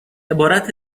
عبارت